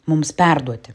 mums perduoti